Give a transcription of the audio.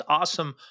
awesome